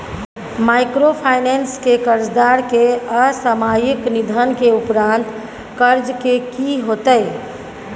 Microfinance के कर्जदार के असामयिक निधन के उपरांत कर्ज के की होतै?